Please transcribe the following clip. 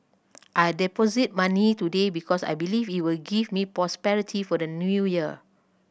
I deposited money today because I believe it will give me prosperity for the New Year